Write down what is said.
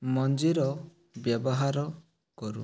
ମଞ୍ଜିର ବ୍ୟବହାର କରୁ